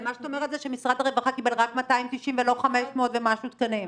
אבל מה שאת אומרת זה שמשרד הרווחה קיבל רק 290 ולא 500 ומשהו תקנים.